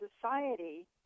society